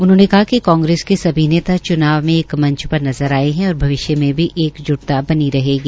उन्होंने कहा कि कांग्रेस के सभी नेता च्नाव में एक मंच पर नज़र आए है और भविष्य में भी एकज्ट बनी रहेगी